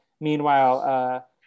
meanwhile